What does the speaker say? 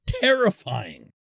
terrifying